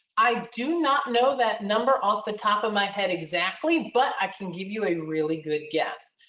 i do not know that number off the top of my head exactly. but i can give you a really good guess.